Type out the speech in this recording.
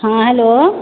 हॅं हेलो